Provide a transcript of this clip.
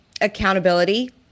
Accountability